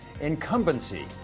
incumbency